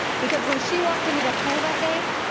because when she walked into that pool that day,